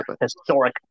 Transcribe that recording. Historic